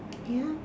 yup